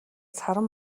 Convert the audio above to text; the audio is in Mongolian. саран